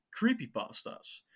creepypastas